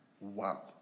wow